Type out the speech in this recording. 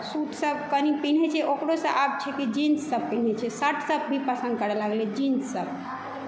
suit सभ कनि पीन्है छै ओकरो सँ आब छै कि जीन्स सभ पीन्है छै सर्ट सभ भी पसन्द करऽलागलै जीन्स सभ